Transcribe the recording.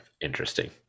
interesting